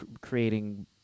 creating